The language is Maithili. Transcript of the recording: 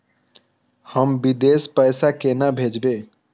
हम विदेश पैसा केना भेजबे?